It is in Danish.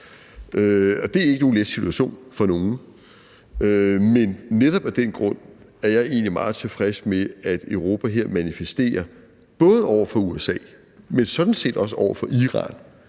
Og det er ikke nogen let situation for nogen, men netop af den grund er jeg egentlig meget tilfreds med, at Europa her manifesterer, både over for USA, men sådan set også over for Iran,